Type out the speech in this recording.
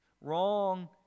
Wrong